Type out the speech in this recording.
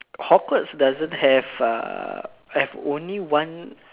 Hogwarts doesn't have uh have only one